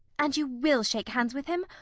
and you will shake hands with him,